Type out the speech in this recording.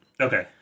okay